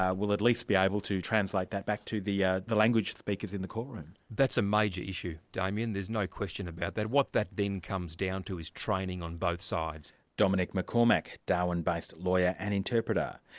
yeah will at least be able to translate that back to the yeah the language speakers in the courtroom. that's a major issue damien, there's no question about that. what that then comes down to is training on both sides. dominic mccormack, darwin-based lawyer and interpreter.